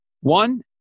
one